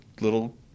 little